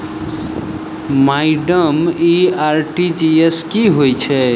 Madam इ RTGS की होइ छैय?